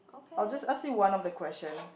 I'll just ask you one of the question